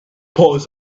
paws